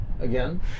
again